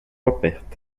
aperta